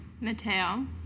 Mateo